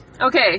Okay